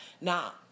Now